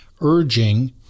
urging